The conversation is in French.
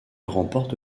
remporte